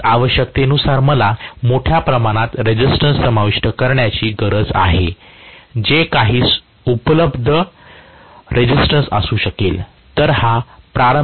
म्हणूनच आवश्यकतेनुसार मला मोठ्या प्रमाणात रेसिस्टन्स समाविष्ट करण्याची गरज आहे जे काही उपलब्ध रेसिस्टन्स असू शकेल